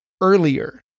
earlier